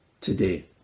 today